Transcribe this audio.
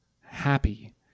happy